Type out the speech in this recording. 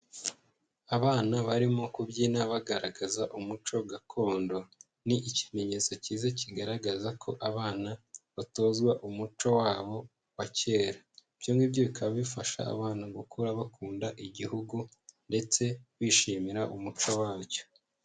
Abana barimo kubyina bagaragaza umuco gakondo, ni ikimenyetso cyiza kigaragaza ko abana batozwa umuco wabo wa kera; ibyo ngibyo bikaba bifasha abana gukura bakunda igihugu ndetse bishimira umuco wacyo.